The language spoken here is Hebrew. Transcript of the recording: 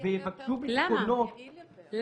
ויבקשו ביטחונות?